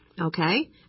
Okay